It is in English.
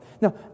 Now